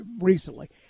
recently